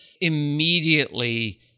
immediately